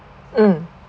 mm